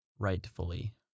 Rightfully